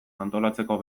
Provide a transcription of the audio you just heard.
antolatzeko